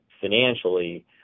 financially